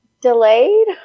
Delayed